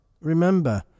remember